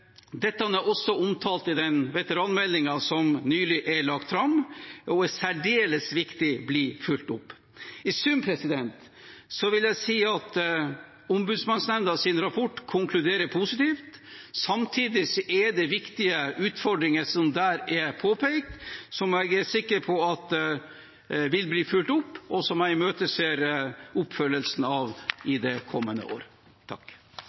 Dette er også omtalt i den veteranmeldingen som nylig er lagt fram, og det er særdeles viktig at det blir fulgt opp. I sum vil jeg si at Ombudsmannsnemndas rapport konkluderer positivt. Samtidig er det viktige utfordringer som der er påpekt, som jeg er sikker på vil bli fulgt opp, og som jeg imøteser oppfølgingen av i det kommende år.